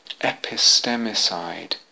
epistemicide